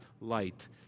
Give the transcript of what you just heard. light